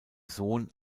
sohn